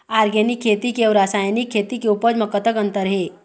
Organic खेती के अउ रासायनिक खेती के उपज म कतक अंतर हे?